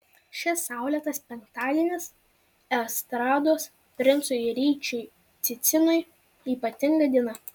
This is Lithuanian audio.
šis saulėtas penktadienis estrados princui ryčiui cicinui ypatinga diena